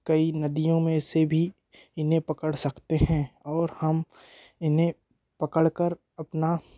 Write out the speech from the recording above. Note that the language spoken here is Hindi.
कई नदियों में से भी इन्हें पकड़ सकते हैं और हम इन्हें पकड़ कर अपना